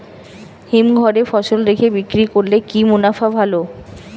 হিমঘরে ফসল রেখে বিক্রি করলে কি মুনাফা ভালো?